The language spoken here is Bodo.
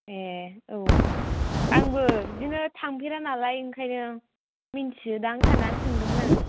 ए औ आंबो बिदिनो थांफेरा नालाय ओंखायनो मिन्थियो दां साननानै सोंदोमोन आं